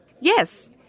Yes